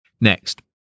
Next